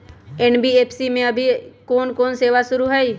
NBFC में अभी कोन कोन सेवा शुरु हई?